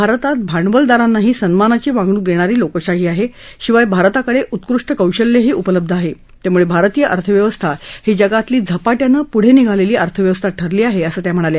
भारतात भांडवलदारांनाही सन्मानाची वागणूक देणारी लोकशाही आहे शिवाय भारताकडे उत्कृष्ट कौशल्यही उपलब्ध आहे त्यामुळे भारतीय अर्थव्यवस्था ही जगातली झपाट्यानं पुढं निघालेली अर्थव्यवस्था ठरली आहे असं त्या म्हणाल्या